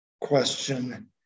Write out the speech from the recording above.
question